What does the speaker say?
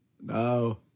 no